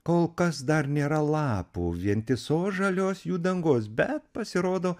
kol kas dar nėra lapų vientisos žalios jų dangos bet pasirodo